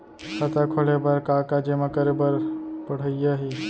खाता खोले बर का का जेमा करे बर पढ़इया ही?